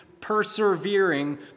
persevering